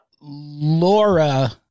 Laura